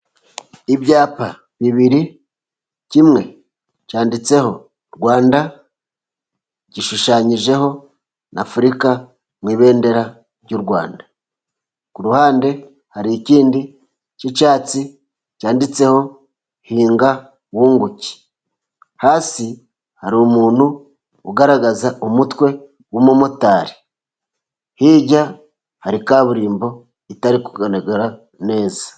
Ibyapa bibiri kimwe cyanditseho Rwanda gishushanyijeho na Afurika mu ibendera ry'u Rwanda ku ruhande hari ikindi cy'icyatsi cyanditseho hinga wunguke hasi hari umuntu ugaragaza umutwe w'umumotari hirya hari kaburimbo itari kugaragara neza.